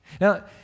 Now